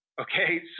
Okay